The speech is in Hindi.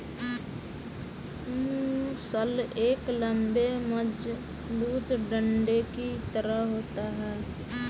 मूसल एक लम्बे मजबूत डंडे की तरह होता है